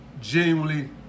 genuinely